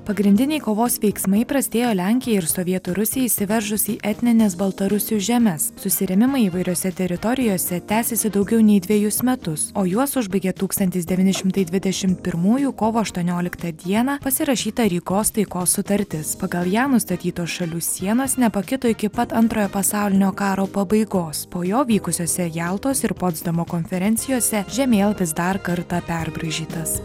pagrindiniai kovos veiksmai prasidėjo lenkijai ir sovietų rusijai įsiveržus į etnines baltarusių žemes susirėmimai įvairiose teritorijose tęsėsi daugiau nei dvejus metus o juos užbaigė tūkstantis devyni šimtai dvidešimt pirmųjų kovo aštuonioliktą dieną pasirašyta rygos taikos sutartis pagal ją nustatytos šalių sienos nepakito iki pat antrojo pasaulinio karo pabaigos po jo vykusiose jaltos ir potsdamo konferencijose žemėlapis dar kartą perbraižytas